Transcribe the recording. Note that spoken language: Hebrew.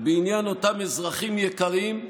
בעניין אותם אזרחים יקרים,